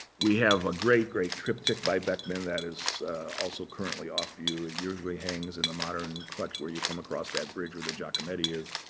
we have a great, great triptych by beckmann, that is also currently off view. it usually hangs in the modern collection, where you come across that bridge, where the giacometti is.